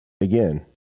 again